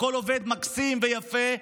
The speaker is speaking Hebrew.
הכול עובד מקסים ויפה.